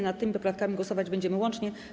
Nad tymi poprawkami głosować będziemy łącznie.